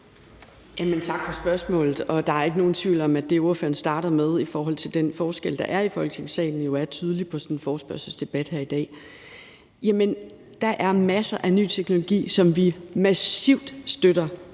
Tak for spørgsmålet. Der er ikke nogen tvivl om, at det, ordføreren startede med, i forhold til den forskel, der er i Folketingssalen, jo er tydelig ved sådan en forespørgselsdebat her i dag. Der er masser af ny teknologi, som vi massivt støtter